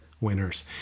winners